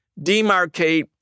demarcate